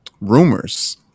Rumors